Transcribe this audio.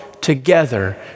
together